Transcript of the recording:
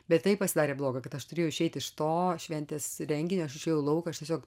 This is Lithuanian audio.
bet taip pasidarė bloga kad aš turėjau išeiti iš to šventės renginio aš išėjauį lauką aš tiesiog